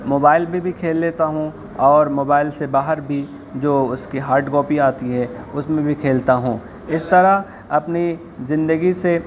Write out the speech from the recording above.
mobile میں بھی کھیل لیتا ہوں اور موبائل سے باہر بھی جو اس کی ہاڈ کاپی آتی ہے اس میں بھی کھیلتا ہوں اس طرح اپنی زندگی سے